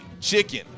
chicken